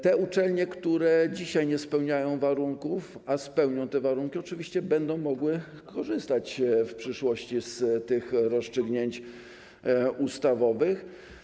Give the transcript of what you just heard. Te uczelnie, które dzisiaj nie spełniają warunków, ale spełnią te warunki, oczywiście będą mogły korzystać w przyszłości z rozstrzygnięć ustawowych.